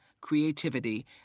creativity